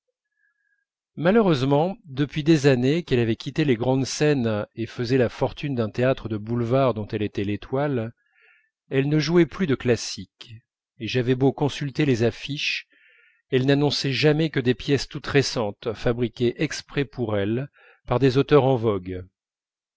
malheureusement depuis des années qu'elle avait quitté les grandes scènes et faisait la fortune d'un théâtre de boulevard dont elle était l'étoile elle ne jouait plus de classique et j'avais beau consulter les affiches elles n'annonçaient jamais que des pièces toutes récentes fabriquées exprès pour elle par des auteurs en vogue